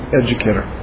educator